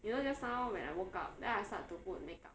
you know just now when I woke up then I start to put make up